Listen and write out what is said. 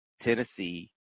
Tennessee